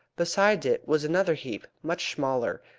beside it was another heap, much smaller,